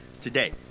today